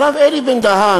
הרב אלי בן-דהן,